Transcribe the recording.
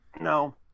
No